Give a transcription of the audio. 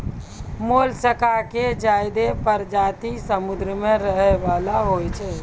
मोलसका के ज्यादे परजाती समुद्र में रहै वला होय छै